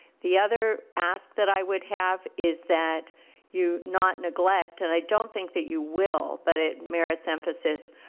the other ask that i would have is that you not neglect, and i don't think that you will but it merits emphasis,